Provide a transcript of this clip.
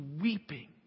weeping